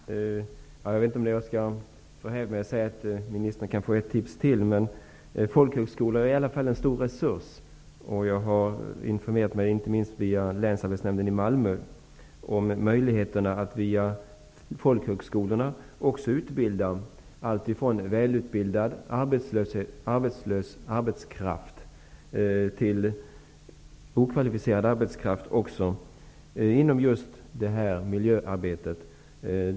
Fru talman! Jag vet inte om jag förhäver mig om jag säger att ministern kan få ett tips till. Folkhögskolorna är en stor resurs. Jag har inte minst via länsarbetsnämnden i Malmö informerat mig om möjligheterna att via folkhögskolorna utbilda allt ifrån välutbildad arbetskraft till okvalificerad arbetskraft inom just miljöarbete.